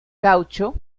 caucho